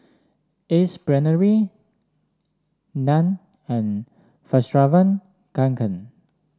Ace Brainery Nan and Fjallraven Kanken